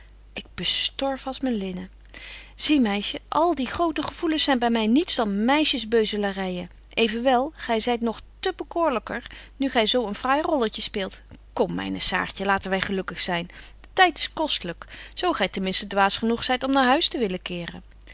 ik bestorf als myn linnen zie meisje al die grote gevoelens zyn by my niets dan meisjes beuzelaryen evenwel gy zyt nog te bekoorlyker nu gy zo een fraai rolletje speelt kom myne saartje laten wy gelukkig zyn de tyd is kostlyk zo gy ten minsten dwaas betje wolff en aagje deken historie van mejuffrouw sara burgerhart genoeg zyt om naar huis te willen keeren